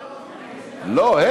לא, לא.